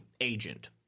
agent